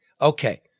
Okay